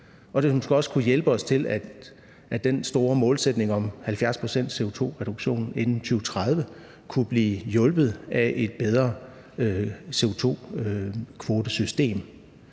det nemmere sker, og at den store målsætning om en 70-procents-CO2-reduktion inden 2030 måske kunne blive hjulpet af et bedre CO2-kvotesystem.